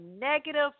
negative